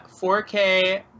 4K